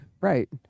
Right